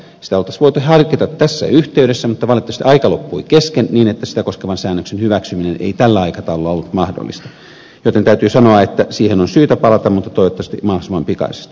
sitä olisi voitu harkita tässä yhteydessä mutta valitettavasti aika loppui kesken niin että sitä koskevan säännöksen hyväksyminen ei tällä aikataululla ollut mahdollista joten täytyy sanoa että siihen on syytä palata mutta toivottavasti mahdollisimman pikaisesti